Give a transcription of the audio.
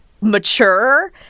mature